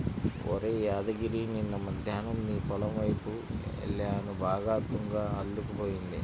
ఒరేయ్ యాదగిరి నిన్న మద్దేన్నం నీ పొలం వైపు యెల్లాను బాగా తుంగ అల్లుకుపోయింది